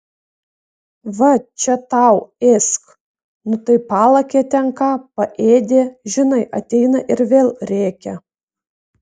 va čia tau ėsk nu tai palakė ten ką paėdė žinai ateina ir vėl rėkia